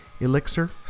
elixir